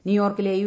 ന്യൂയോർക്കിലെ യു